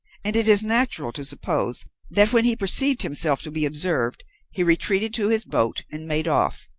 and it is natural to suppose that when he perceived himself to be observed he retreated to his boat and made off,